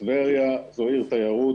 זו עיר תיירות,